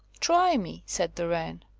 try me, said the wren.